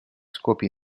scopi